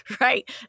Right